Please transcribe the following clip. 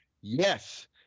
yes